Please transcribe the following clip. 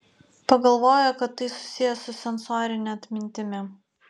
pagalvojo kad tai susiję su sensorine atmintimi